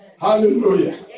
Hallelujah